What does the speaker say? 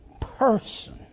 person